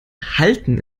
halten